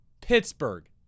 Pittsburgh